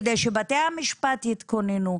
כדי שבתי המשפט יתכוננו.